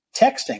texting